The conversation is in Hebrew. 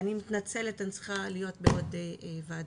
אני מתנצלת, אני צריכה להיות בעוד ועדה.